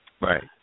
Right